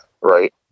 Right